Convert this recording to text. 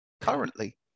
currently